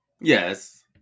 Yes